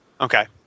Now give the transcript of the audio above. Okay